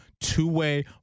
two-way